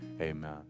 amen